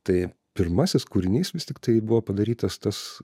tai pirmasis kūrinys vis tiktai buvo padarytas tas